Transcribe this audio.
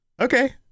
Okay